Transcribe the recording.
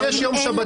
אז יש יום שבתון.